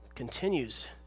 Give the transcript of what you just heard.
continues